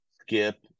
Skip